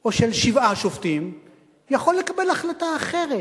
או של שבעה שופטים יכול לקבל החלטה אחרת,